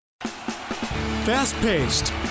Fast-paced